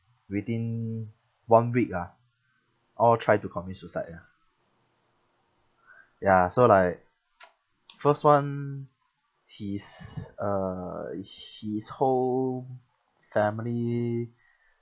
within one week ah all tried to commit suicide ah ya so like first one his uh his whole family